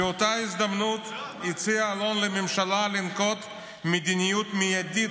באותה הזדמנות הציע אלון לממשלה לנקוט מדיניות מיידית